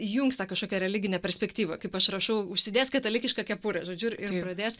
įjungs tą kažkokią religinę perspektyvą kaip aš rašau užsidės katalikišką kepurę žodžiu ir ir pradės